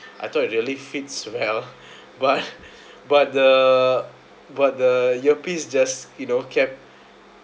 I thought it really fits well but but the but the earpiece just you know kept